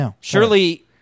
surely